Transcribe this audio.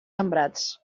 sembrats